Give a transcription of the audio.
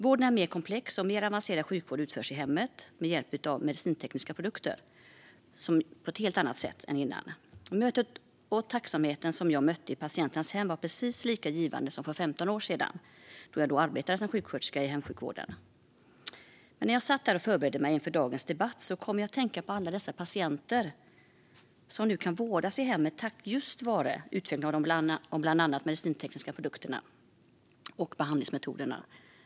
Vården är mer komplex, och mer avancerad sjukvård utförs i hemmet med hjälp av medicintekniska produkter, på ett helt annat sätt än tidigare. Mötet med patienterna i deras hem och den tacksamhet de visade var precis lika givande som för 15 år sedan, när jag arbetade som sjuksköterska i hemsjukvården. När jag satt och förberedde mig inför dagens debatt kom jag att tänka på alla patienter som nu kan vårdas i hemmet just tack vare utvecklingen av bland annat medicintekniska produkter och behandlingsmetoder.